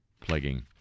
plaguing